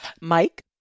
Mike